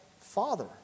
Father